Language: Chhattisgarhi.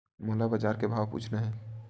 मोला बजार के भाव पूछना हे?